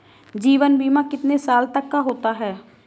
जीवन बीमा कितने साल तक का होता है?